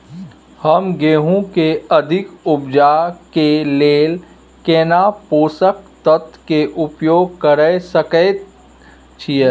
हम गेहूं के अधिक उपज के लेल केना पोषक तत्व के उपयोग करय सकेत छी?